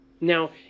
Now